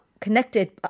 connected